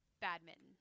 badminton